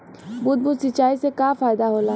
बूंद बूंद सिंचाई से का फायदा होला?